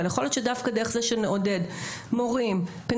אבל יכול להיות שדווקא דרך זה שנעודד מורים פנסיונרים,